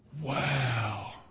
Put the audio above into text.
wow